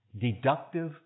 deductive